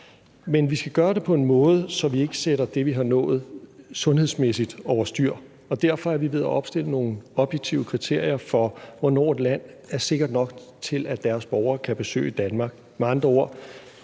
Men vi skal gøre det på en måde, så vi ikke sætter det, vi har nået sundhedsmæssigt, over styr, og derfor er vi ved at opstille nogle objektive kriterier for, hvornår et land er sikkert nok til, at dets borgere kan besøge Danmark.